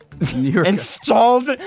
Installed